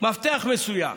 מפתח מסוים.